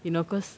you know because